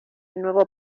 nuevo